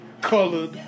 colored